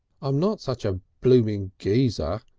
i'm not such a blooming geezer,